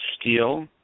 steel